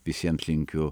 visiems linkiu